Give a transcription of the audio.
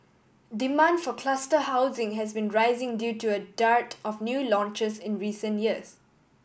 demand for cluster housing has been rising due to a dearth of new launches in recent years